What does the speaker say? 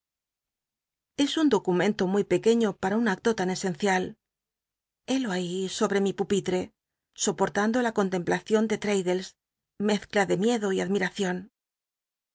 es un documento muy pcquciío paa un acto tan esencial hélo ahí sobre mi pupittc soportando la con templacion de l'raddles mezcla de miedo y